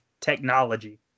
technology